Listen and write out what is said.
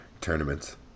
tournaments